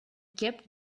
kept